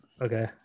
Okay